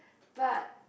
but